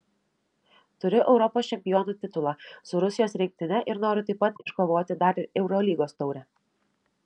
turiu europos čempionų titulą su rusijos rinktine ir noriu taip pat iškovoti dar ir eurolygos taurę